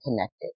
connected